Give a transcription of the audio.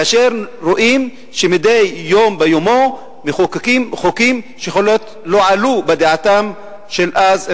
כאשר רואים שמדי יום ביומו מחוקקים חוקים שיכול להיות שלא עלו בדעתם אז,